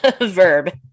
Verb